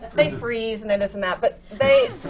they freeze and they this and that, but they